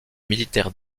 militaire